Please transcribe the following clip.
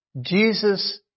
Jesus